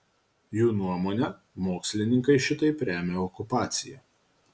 jų nuomone mokslininkai šitaip remia okupaciją